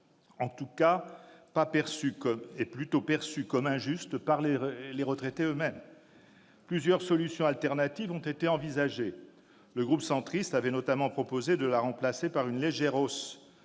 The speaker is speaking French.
En tout cas, elle est plutôt perçue comme injuste par les retraités eux-mêmes. Plusieurs solutions de substitution ont été envisagées. Le groupe centriste avait notamment proposé de la remplacer par une légère hausse